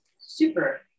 super